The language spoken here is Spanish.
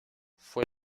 fue